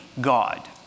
God